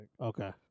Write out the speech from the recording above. Okay